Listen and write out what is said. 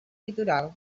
litoral